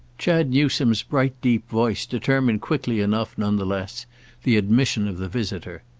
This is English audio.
chad newsome's bright deep voice determined quickly enough none the less the admission of the visitor.